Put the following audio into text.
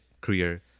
career